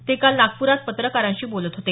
ते काल नागप्रात पत्रकारांशी बोलत होते